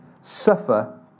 suffer